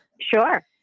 Sure